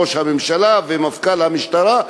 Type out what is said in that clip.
ראש הממשלה ומפכ"ל המשטרה,